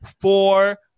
Four